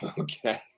okay